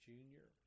Junior